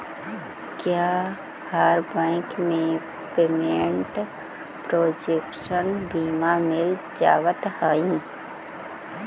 क्या हर बैंक में पेमेंट प्रोटेक्शन बीमा मिल जावत हई